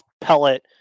pellet